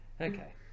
Okay